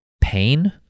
pain